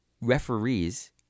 Referees